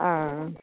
आं